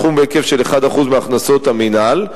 של סכום בהיקף של 1% מהכנסות המינהל,